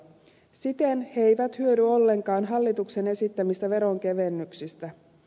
siten he eivät hyödy ollenkaan hallituksen esittämistä veronkevennyksistä